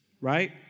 Right